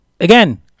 Again